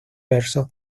versos